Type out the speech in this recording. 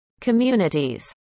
communities